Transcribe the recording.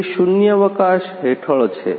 તે શૂન્યાવકાશ હેઠળ છે